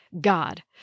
God